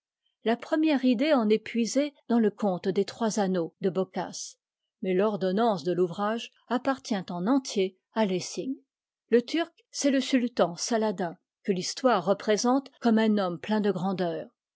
la première idée en est puisée dans le conte des trois anneaux de bocace mais l'ordonnance de l'ouvrage appartient en entier à lessing le turc c'est le sultan saladin que l'histoire représente comme un homme plein de grandeur